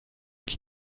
qui